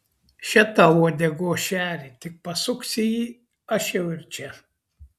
še tau uodegos šerį tik pasuksi jį aš jau ir čia